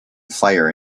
fire